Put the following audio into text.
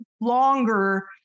longer